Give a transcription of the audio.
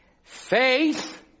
Faith